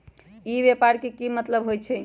ई व्यापार के की मतलब होई छई?